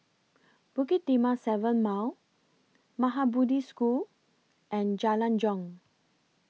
Bukit Timah seven Mile Maha Bodhi School and Jalan Jong